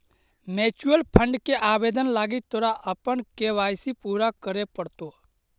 mutual fund के आवेदन लागी तोरा अपन के.वाई.सी पूरा करे पड़तो